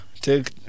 Take